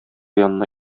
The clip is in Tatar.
янына